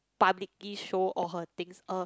publicly show all her things uh